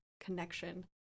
connection